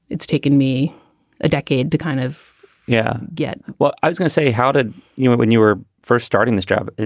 it's taken me a decade to kind of yeah. get well, i was gonna say, how did you know when you were first starting this job?